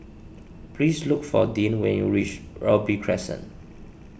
please look for Deann when you reach Robey Crescent